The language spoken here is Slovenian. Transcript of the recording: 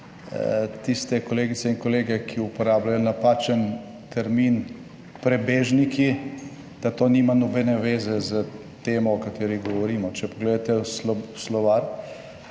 tiste kolegice in kolege, ki uporabljajo napačen termin prebežniki, da to nima nobene veze s temo o kateri govorimo. Če pogledate v slovar,